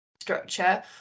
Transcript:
structure